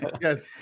Yes